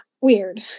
weird